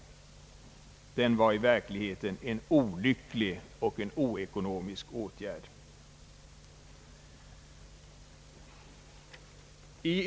järnvägspolitiken m.m. ligheten var en olycklig och oekonomisk åtgärd.